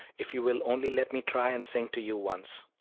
if you will only let me try and sing to you once.